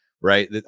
right